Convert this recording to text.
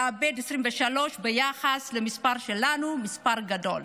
לאבד 23 ביחס למספר שלנו זה מספר גדול.